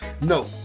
No